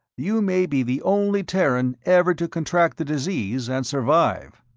you may be the only terran ever to contract the disease and survive.